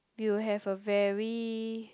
we will have a very